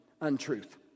untruth